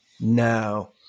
No